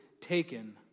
taken